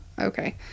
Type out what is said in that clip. okay